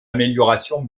amélioration